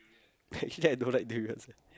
actually I don't like durians eh